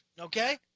okay